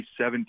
2017